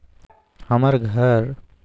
अगर हमर ऋण न भुगतान हुई त हमर घर खेती लेली?